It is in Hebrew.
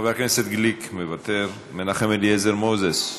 חבר הכנסת גליק, מוותר, מנחם אליעזר מוזס,